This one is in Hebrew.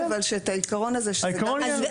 אבל שאת העיקרון הזה של --- שנייה,